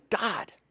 God